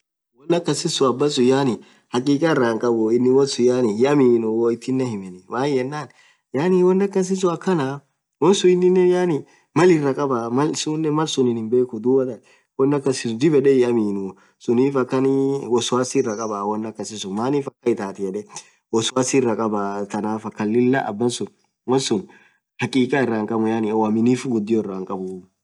wonn akhasisun abasun yaani hakika iraa hinkhabu inin wonsun yaani hiaminu woo ithinen himmeni maaan yenen yaani won akisun akhana wonsun ininen Mal iraa khaba malsun malsunin hinbhekhu dhuathan won akasisun dhib yed hiaminu sunnif akhaniii wosuwasi iraa khabaaa won akasisun maanif akhan ithathe yed wosuwasi iraa khabaa thanaf akhan abansun wonsun hakika iraa hinkhabu yaani uaminifuu ghudio iraa hinkhabu